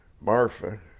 Marfa